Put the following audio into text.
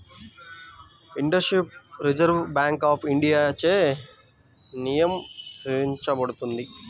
interface reserve bank of ఇండియాచే నియంత్రించబడుతుంది